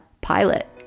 Pilot